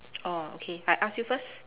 orh okay I ask you first